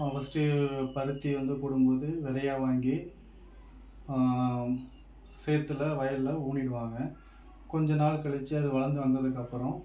first பருத்தி வந்து போடும் போது விதையா வாங்கி சேத்தில் வயல்ல ஊனிடுவாங்கள் கொஞ்ச நாள் கழித்து அது வளர்ந்து வந்ததுக்கு அப்புறம்